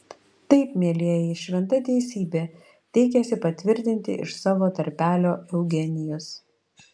taip mielieji šventa teisybė teikėsi patvirtinti iš savo tarpelio eugenijus